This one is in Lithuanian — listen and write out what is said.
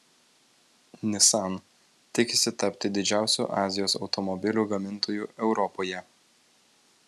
nissan tikisi tapti didžiausiu azijos automobilių gamintoju europoje